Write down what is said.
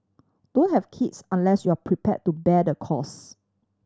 don't have kids unless you are prepare to bear the cost